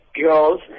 girls